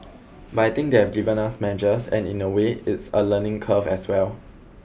but I think they've given us measures and in a way it's a learning curve as well